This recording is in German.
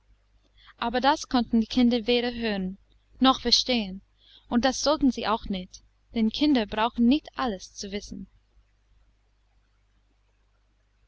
aber das konnten die kinder weder hören noch verstehen und das sollten sie auch nicht denn kinder brauchen nicht alles zu wissen